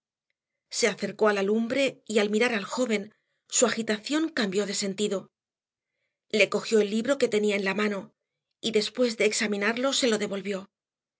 se acercó a la lumbre y al mirar al joven su agitación cambió de sentido le cogió el libro que tenía en la mano y después de examinarlo se lo devolvió